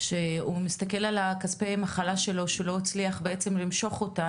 שהוא מסתכל על הכספי מחלה שלו שלא הצליח בעצם למשוך אותם,